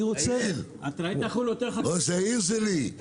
זה ראש העיר שלי.